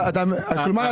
כלומר,